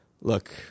look